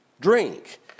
Drink